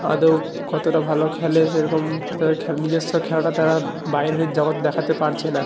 আদৌ কতটা ভালো খেলে সেরকম তাদের খে নিজেস্ব খেলাটা তারা বাইরের জগতে দেখাতে পারছে না